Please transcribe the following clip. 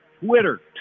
Twitter